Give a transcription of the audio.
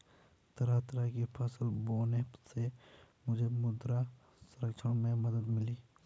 तरह तरह की फसल बोने से मुझे मृदा संरक्षण में मदद मिली